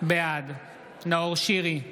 בעד נאור שירי,